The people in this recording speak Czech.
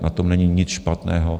Na tom není nic špatného.